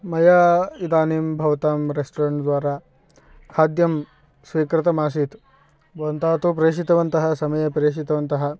मया इदानीं भवतां रेस्टोरेण्ट् द्वारा खाद्यं स्वीकृतम् आसीत् भवन्तः तु प्रेषितवन्तः समये प्रेषितवन्तः